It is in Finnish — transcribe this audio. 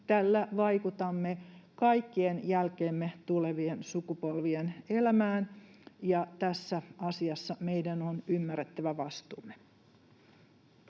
Tällä vaikutamme kaikkien jälkeemme tulevien sukupolvien elämään, ja tässä asiassa meidän on ymmärrettävä vastuumme.